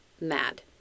mad